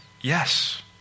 yes